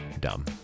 Dumb